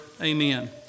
Amen